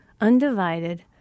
undivided